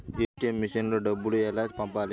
ATM మెషిన్లో డబ్బులు ఎలా పంపాలి?